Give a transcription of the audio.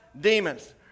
demons